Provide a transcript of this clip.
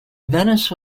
venice